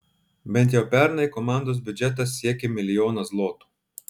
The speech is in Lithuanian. bent jau pernai komandos biudžetas siekė milijoną zlotų